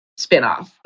spinoff